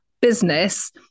business